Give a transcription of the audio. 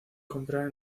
comprar